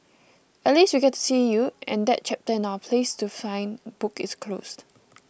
at least we get to see you and that chapter in our 'places to find' book is closed